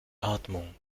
atmung